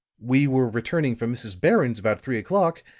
we were returning from mrs. barron's about three o'clock.